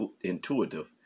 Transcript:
intuitive